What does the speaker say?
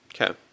okay